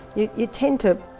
you tend to,